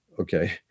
Okay